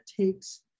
takes